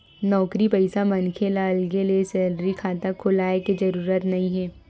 नउकरी पइसा मनखे ल अलगे ले सेलरी खाता खोलाय के जरूरत नइ हे